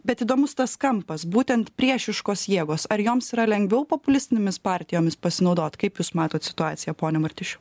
bet įdomus tas kampas būtent priešiškos jėgos ar joms yra lengviau populistinėmis partijomis pasinaudot kaip jūs matot situaciją pone martišiau